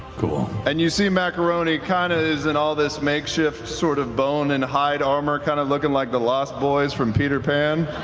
cool. travis and you see macaroni kind of is in all this makeshift sort of bone and hide armor, kind of looking like the lost boys from peter pan.